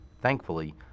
Thankfully